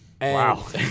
Wow